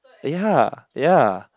ya ya